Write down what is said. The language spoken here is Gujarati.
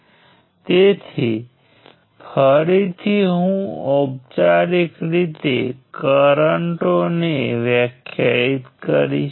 હવે આ દરેક B માઈનસ N પ્લસ 1 બ્રાન્ચીઝને ટ્રીમાં દાખલ કરવાથી એક નવો લૂપ બનશે